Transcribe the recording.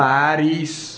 Paris